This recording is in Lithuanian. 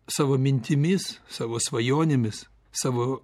savo mintimis savo svajonėmis savo